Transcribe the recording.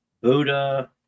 Buddha